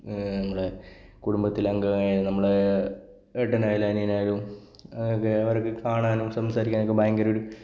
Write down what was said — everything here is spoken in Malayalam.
നമ്മുടെ കുടുംബത്തിലെ അംഗമായ നമ്മുടെ ഏട്ടനായാലും അനിയനായാലും ഒക്കെ അവർക്ക് കാണാനും സംസാരിക്കാനായാലും ഭയങ്കരമൊരു